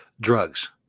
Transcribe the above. drugs